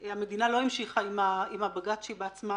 המדינה לא המשיכה עם הבג"צ שהיא בעצמה